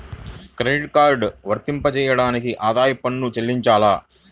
Credit card వర్తింపజేయడానికి ఆదాయపు పన్ను చెల్లించాలా?